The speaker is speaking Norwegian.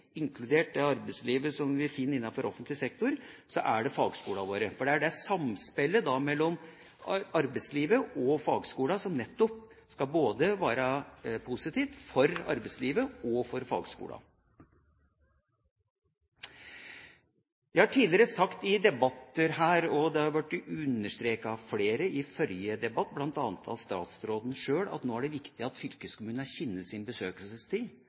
inkludert det arbeidslivet vi finner innenfor offentlig sektor – så er det fagskolene våre. Det er det samspillet mellom arbeidslivet og fagskolene som skal være positivt for arbeidslivet og for fagskolene. Jeg har tidligere sagt i debatter her, og det ble understreket av flere i forrige debatt – bl.a. av statsråden sjøl – at nå er det viktig at fylkeskommunene kjenner sin besøkelsestid.